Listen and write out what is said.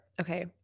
okay